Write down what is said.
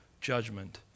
judgment